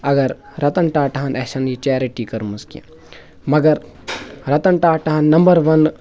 اَگَر رَتَن ٹاٹاہَن آسہِ ہے نہٕ یہِ چیرٹی کٔرمٕژ کیٚنٛہہ مَگَر رَتَن ٹاٹاہ نَمبَر وَن